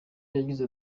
yagize